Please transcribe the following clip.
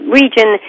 region